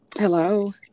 Hello